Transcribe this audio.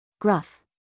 Gruff